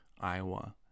Iowa